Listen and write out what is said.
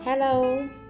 Hello